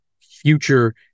future